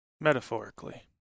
Metaphorically